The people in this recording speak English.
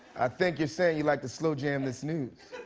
i think you're saying you'd like to slow jam this news.